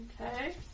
Okay